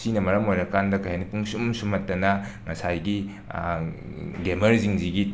ꯁꯤꯅ ꯃꯔꯝ ꯑꯣꯏꯔꯀꯥꯟꯗ ꯀꯩ ꯍꯥꯏꯅꯤ ꯄꯨꯡꯁꯨꯝ ꯁꯨꯝꯍꯠꯇꯅ ꯉꯁꯥꯏꯒꯤ ꯒꯦꯃꯔꯁꯤꯡꯁꯤꯒꯤ